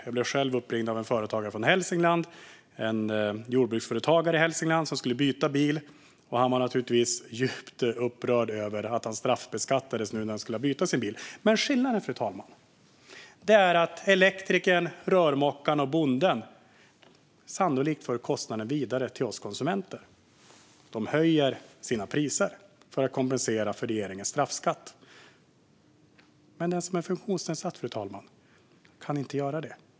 Jag blev själv uppringd av en företagare från Hälsingland, en jordbruksföretagare som skulle byta bil, och han var naturligtvis djupt upprörd över att han straffbeskattades när han nu skulle byta bil. Skillnaden, fru talman, är dock att elektrikern, rörmokaren och bonden sannolikt för kostnaden vidare till oss konsumenter. De höjer sina priser för att kompensera för regeringens straffskatt. Men den som är funktionsnedsatt kan inte göra det.